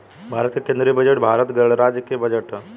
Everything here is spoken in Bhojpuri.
भारत के केंदीय बजट भारत गणराज्य के बजट ह